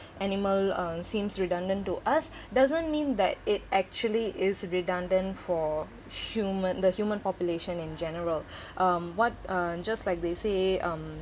animal um seems redundant to us doesn't mean that it actually is redundant for human the human population in general um what um just like they say um